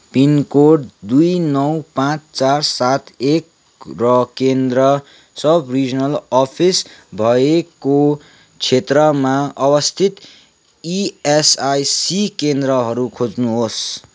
pin code दुई नौ पाँच चार सात एक र केन्द्र सब रिजनल अफिस भएको क्षेत्रमा अवस्थित इएसआइसी केन्द्रहरू खोज्नुहोस्